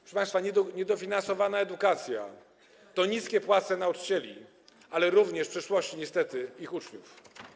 Proszę państwa, niedofinansowana edukacja to niskie płace nauczycieli, ale również w przyszłości niestety ich uczniów.